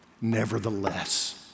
nevertheless